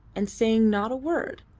and saying not a word.